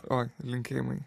o linkėjimai